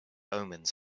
omens